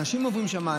אנשים עוברים שם.